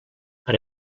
per